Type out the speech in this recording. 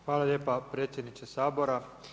Hvala lijepa predsjedniče Sabora.